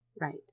Right